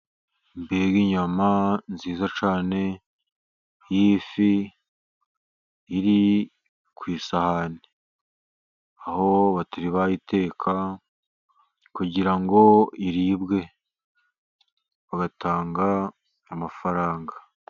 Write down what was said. Mbega inyama nziza cyane y'ifi iri ku isahani, aho batari bayiteka kugira ngo iribwe, batanga amafaranga!